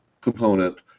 component